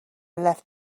left